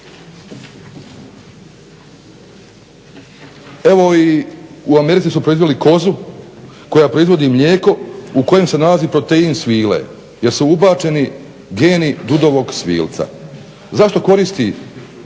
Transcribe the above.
Evo i u Americi su proizveli kozu koja proizvodi mlijeko u kojem se nalazi protein svile jer su ubačeni geni dudovog svilca. Čemu koriste